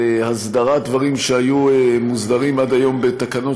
להסדרת דברים שהיו מוסדרים עד היום בתקנות